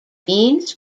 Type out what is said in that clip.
beans